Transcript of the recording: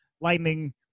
Lightning